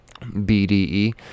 BDE